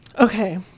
Okay